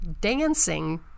dancing